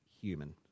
human